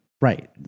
Right